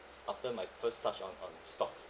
after my first touch on on stock